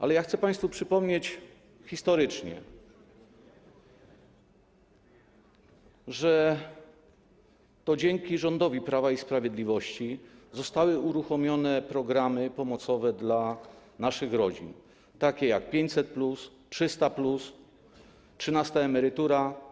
Ale chcę państwu przypomnieć historycznie, że to dzięki rządowi Prawa i Sprawiedliwości zostały uruchomione takie programy pomocowe dla naszych rodzin jak 500+, 300+, trzynasta emerytura.